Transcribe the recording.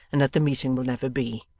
and that the meeting will never be.